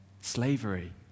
slavery